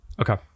Okay